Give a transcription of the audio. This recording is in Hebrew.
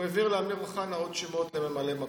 הוא העביר לאמיר אוחנה עוד שמות לממלאי מקום.